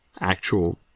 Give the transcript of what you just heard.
actual